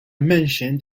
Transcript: mentioned